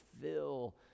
fill